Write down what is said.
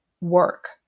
work